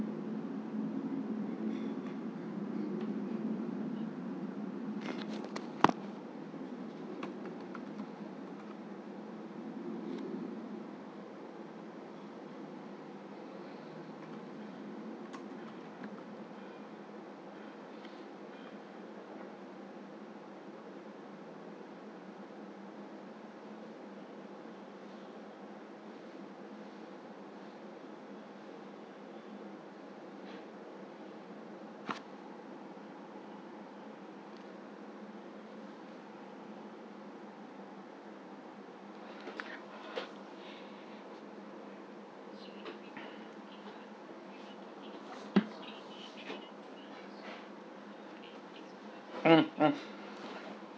mm mm